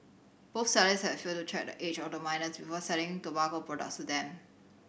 both sellers had failed to check the age of the minors before selling tobacco products to them